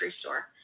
store